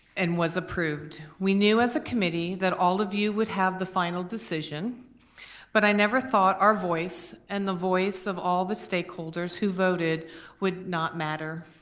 and was approved. we knew as a committee that all of you would have the final decision but i never thought our voice and the voice of all stakeholders who voted would not matter.